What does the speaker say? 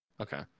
Okay